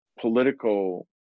political